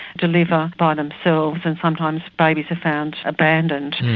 deliver by themselves and sometimes babies are found abandoned.